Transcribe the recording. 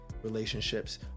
Relationships